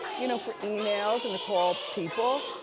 you know for emails and to call people.